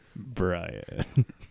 Brian